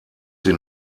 sie